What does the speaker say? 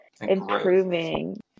Improving